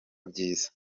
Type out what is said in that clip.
byiza